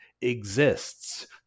exists